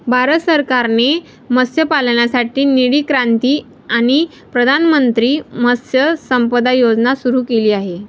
भारत सरकारने मत्स्यपालनासाठी निळी क्रांती आणि प्रधानमंत्री मत्स्य संपदा योजना सुरू केली आहे